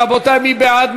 רבותי, מי בעד?